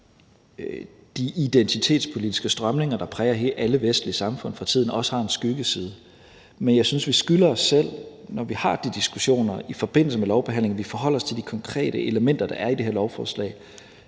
de identitetspolitiske strømninger, der præger alle vestlige samfund for tiden, også har en skyggeside, men jeg synes, vi skylder os selv, når vi har de diskussioner i forbindelse med lovbehandlingen, at vi forholder os til de konkrete elementer, der er i det her lovforslag.